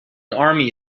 army